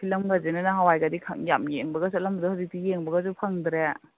ꯐꯤꯂꯝꯒꯁꯤꯅ ꯅꯍꯥꯟꯋꯥꯏꯒꯗꯤ ꯌꯥꯝ ꯌꯦꯡꯕꯒ ꯆꯠꯂꯝꯕꯗꯣ ꯍꯧꯖꯤꯛꯇꯤ ꯌꯦꯡꯕꯒꯁꯨ ꯐꯪꯗ꯭ꯔꯦ